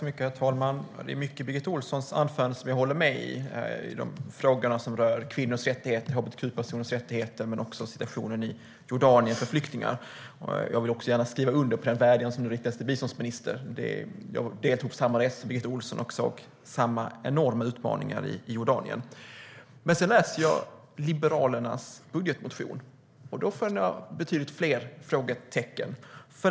Herr talman! Det är mycket i Birgitta Ohlssons anförande som jag håller med om. Det gäller frågorna som rör kvinnors rättigheter och hbtq-personers rättigheter men också situationen för flyktingar i Jordanien. Jag vill också gärna skriva under på den vädjan som nu riktas till biståndsministern. Jag deltog i samma resa som Birgitta Ohlsson och såg samma enorma utmaningar i Jordanien. Men sedan läser jag Liberalernas budgetmotion, och då skönjer jag betydligt fler frågetecken.